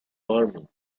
farming